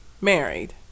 married